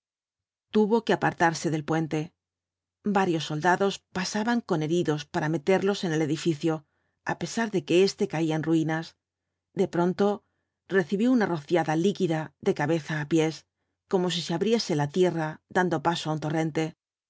tuvo que apartarse del puente varios soldados pasaban con heridos para meterlos én el edificio á pesar de que éste caía en ruinas de pronto recibió una rociada líquida de cabeza á pies como si se abriese la tierra dando paso á un torrente